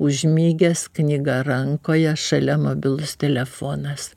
užmigęs knyga rankoje šalia mobilus telefonas